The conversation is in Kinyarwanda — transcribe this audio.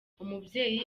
umubyeyi